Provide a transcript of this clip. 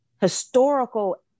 historical